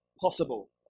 possible